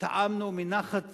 טעמנו מנחת